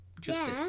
justice